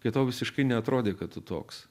kai tau visiškai neatrodė kad tu toks